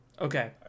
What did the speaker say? Okay